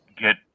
get